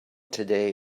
today